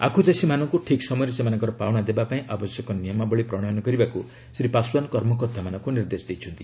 ଆଖୁଚାଷୀମାନଙ୍କୁ ଠିକ୍ ସମୟରେ ସେମାନଙ୍କର ପାଉଣା ଦେବା ପାଇଁ ଆବଶ୍ୟକ ନିୟମାବଳୀ ପ୍ରଶୟନ କରିବାକୁ ଶ୍ରୀ ପାଶ୍ୱାନ କର୍ମକର୍ତ୍ତାମାନଙ୍କୁ ନିର୍ଦ୍ଦେଶ ଦେଇଛନ୍ତି